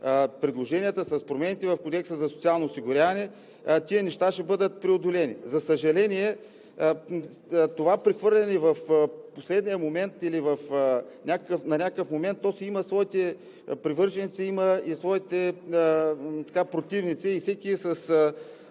предложенията, с промените в Кодекса за социално осигуряване тези неща ще бъдат преодолени. За съжаление, това прехвърляне в последния момент или на някакъв момент си има своите привърженици, има и своите противници, и всеки с